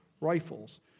rifles